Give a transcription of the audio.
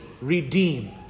redeem